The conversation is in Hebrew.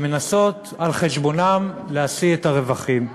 שמנסות על חשבונם להשיא את הרווחים.